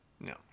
No